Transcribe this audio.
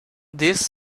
these